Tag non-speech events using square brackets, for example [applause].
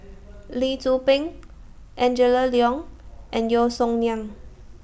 [noise] Lee Tzu Pheng Angela Liong and Yeo Song Nian